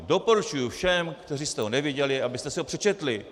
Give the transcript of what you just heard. Doporučuji všem, kteří jste ho neviděli, abyste si ho přečetli.